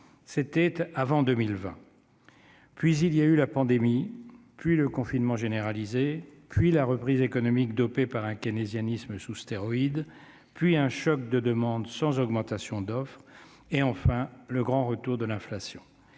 C'était avant 2020. Puis il y a eu la pandémie, puis le confinement généralisé, puis la reprise économique dopée par un keynésianisme sous stéroïdes, puis un choc de demande sans augmentation d'offre, et, enfin, le grand retour de l'inflation.